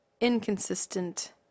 inconsistent